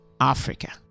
Africa